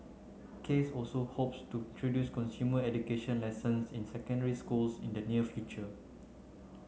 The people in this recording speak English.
case also hopes to introduce consumer education lessons in secondary schools in the near future